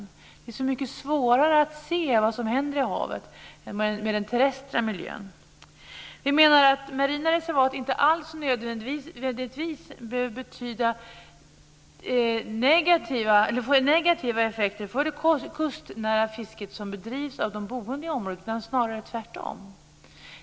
Det är så mycket svårare att se vad som händer i havet än vad som sker i den terrestra miljön. Vi menar att marina reservat inte alls nödvändigtvis behöver få negativa effekter för det kustnära fiske som bedrivs av de boende i området utan snarare tvärtom.